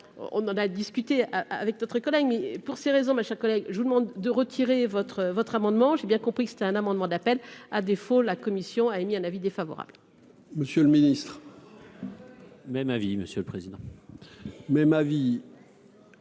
on en a discuté avec notre collègue pour ces raisons, ma chère collègue, je vous demande de retirer votre votre amendement j'ai bien compris que c'était un amendement d'appel, à défaut, la commission a émis un avis défavorable. Monsieur le ministre. Même avis monsieur le président. Mais